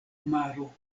maro